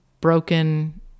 broken